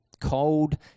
Cold